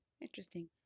interesting